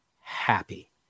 happy